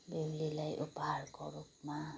बेहुलीलाई उपहारको रूपमा